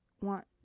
want